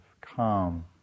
calm